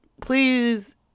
Please